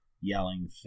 yelling